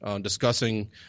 discussing